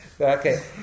okay